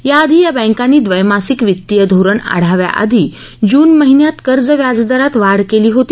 याआधी या बँकांनी ब्रैमासिक वित्तीय धोरण आढाव्याआधी जून महिन्यात कर्ज व्याजदरात वाढ केली होती